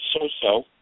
so-so